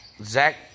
Zach